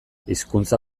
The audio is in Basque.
hizkuntza